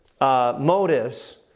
motives